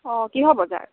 অঁ কিহৰ বজাৰ